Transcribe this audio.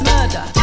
Murder